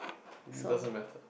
doesn't matter